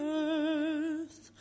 earth